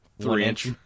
three-inch